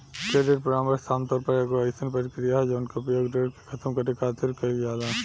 credit परामर्श आमतौर पर एगो अयीसन प्रक्रिया ह जवना के उपयोग ऋण के खतम करे खातिर कईल जाला